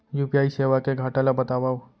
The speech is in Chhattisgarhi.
यू.पी.आई सेवा के घाटा ल बतावव?